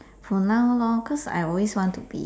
for now lor cause I always want to be